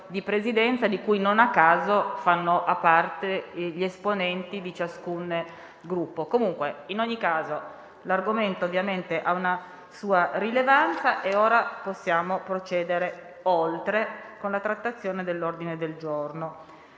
di cui non a caso fanno parte gli esponenti di ciascun Gruppo. In ogni caso l'argomento ha una sua rilevanza, e ora possiamo procedere oltre con la trattazione del punto all'ordine del giorno.